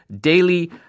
daily